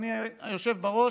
אדוני היושב-ראש.